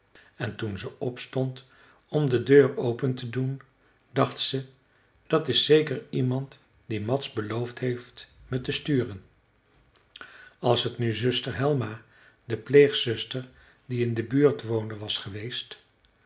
en toen ze opstond om de deur open te doen dacht ze dat is zeker iemand die mads beloofd heeft me te sturen als het nu zuster helma de pleegzuster die in de buurt woonde was geweest